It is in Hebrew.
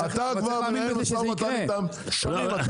אתה כבר מנהל משא ומתן איתם שנים.